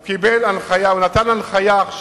הוא נתן עכשיו הנחיה,